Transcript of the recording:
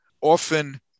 often